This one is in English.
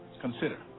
Consider